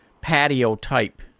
patio-type